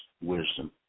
wisdom